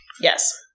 Yes